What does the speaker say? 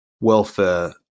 welfare